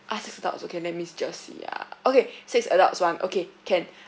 okay let me just see ah okay six adults [one] okay can